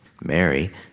Mary